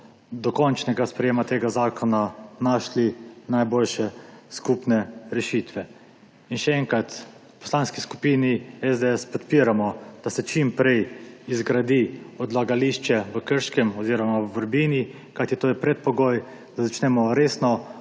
dokončnega sprejetja tega zakona našli najboljše skupne rešitve. V Poslanski skupini SDS podpiramo, da se čim prej zgradi odlagališče v Krškem oziroma Vrbini, kajti to je predpogoj, da začnemo resno